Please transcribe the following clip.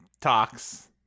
talks